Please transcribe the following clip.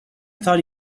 thought